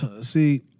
See